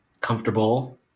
comfortable